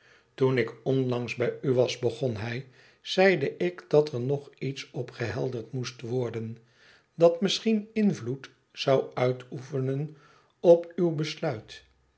toen ik onlangs bij u was begon hij zeide ik dat er nog iets opgehelderd moest worden dat misschien invloed zou uitoefenen op uw besluit